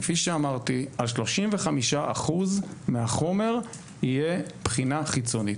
כפי שאמרתי: 35% מהחומר יהיה בבחינה חיצונית.